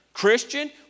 Christian